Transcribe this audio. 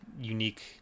unique